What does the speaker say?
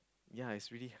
yea is really